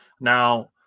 Now